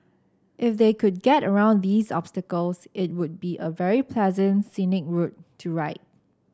if they could get around these obstacles it would be a very pleasant scenic route to ride